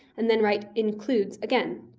and then write includes again.